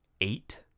Eight